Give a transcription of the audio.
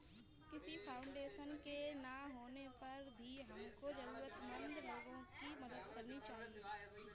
किसी फाउंडेशन के ना होने पर भी हमको जरूरतमंद लोगो की मदद करनी चाहिए